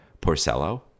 Porcello